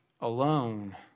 alone